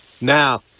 now